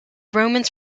romans